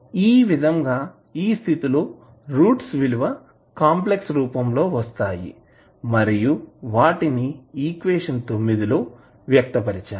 ఈ విధంగా ఈ స్థితిలో రూట్స్ విలువ కాంప్లెక్స్ రూపం లో వస్తాయి మరియు వాటిని ఈక్వేషన్ లో వ్యక్త పరిచాము